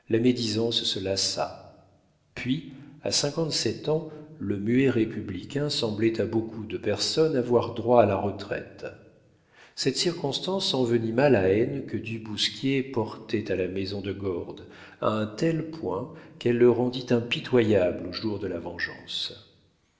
la médisance se lassa puis à cinquante-sept ans le muet républicain semblait à beaucoup de personnes avoir droit à la retraite cette circonstance envenima la haine que du bousquier portait à la maison de gordes à un tel point qu'elle le rendit impitoyable au jour de la vengeance